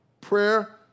prayer